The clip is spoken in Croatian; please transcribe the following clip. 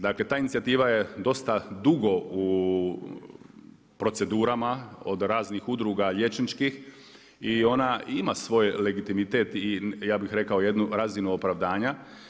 Dakle, ta inicijativa je dosta dugo u procedurama od raznih udruga, liječničkih i ona ima svoj legitimitet i ja bih rekao jednu razinu opravdanja.